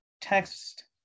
text